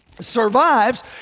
survives